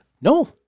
No